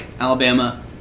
Alabama